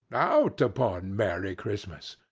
out upon merry christmas!